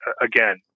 again